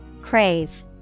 Crave